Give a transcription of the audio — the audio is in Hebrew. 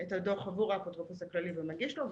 את הדוח עבור האפוטרופוס הכללי ומגיש לו,